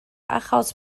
achos